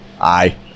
Aye